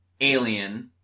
Alien